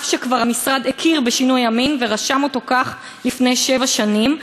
אף שכבר המשרד הכיר בשינוי המין ורשם אותו כך לפני שבע שנים.